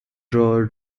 drawer